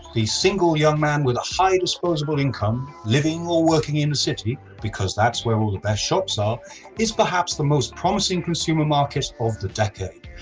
single young man with high disposable income living or working in the city because that's where we'll shop. so is perhaps the most promising consumer market of the decade.